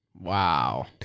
Wow